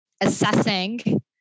assessing